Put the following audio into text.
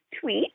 tweet